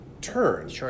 turn